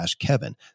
kevin